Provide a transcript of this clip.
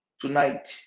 tonight